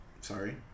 Sorry